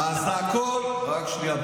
רק שנייה,